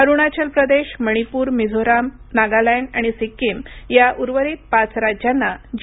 अरुणाचल प्रदेश मणीपूर मिझोराम नागालँड आणि सिक्कीम या उर्वरित पाच राज्यांना जी